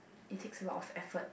it takes a lot of effort